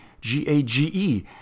G-A-G-E